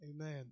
Amen